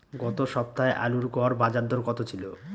গত সপ্তাহে আলুর গড় বাজারদর কত ছিল?